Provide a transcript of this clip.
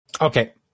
Okay